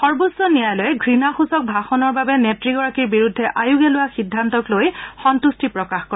সৰ্বোচ্চ ন্যায়ালয়ে ঘৃণাসূচক ভাষণ প্ৰদানৰ বাবে নেত্ৰীগৰাকীৰ বিৰুদ্ধে আয়োগে লোৱা সিদ্ধান্তক লৈ সন্তুষ্টি প্ৰকাশ কৰে